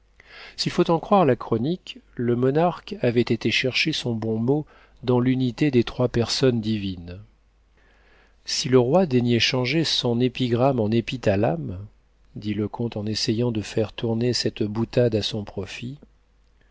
s'il faut en croire la chronique le monarque avait été chercher son bon mot dans l'unité des trois personnes divines si le roi daignait changer son épigramme en épithalame dit le comte en essayant de faire tourner cette boutade à son profit